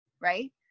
right